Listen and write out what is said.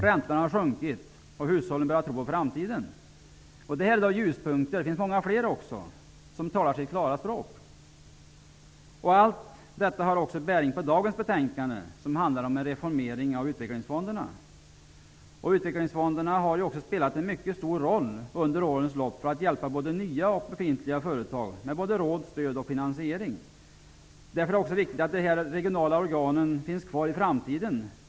Räntan har sjunkit. Hushållen börjar tro på framtiden. Dessa ljuspunkter -- och många fler -- talar sitt tydliga språk. Allt detta har också bäring på dagens betänkande som handlar om en reformering av utvecklingsfonderna. Utvecklingsfonderna har spelat en mycket stor roll under årens lopp för att hjälpa både nya och befintliga företag med såväl råd som stöd och finansiering. Därför är det viktigt att dessa regionala organ finns kvar i framtiden.